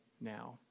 now